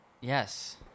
Yes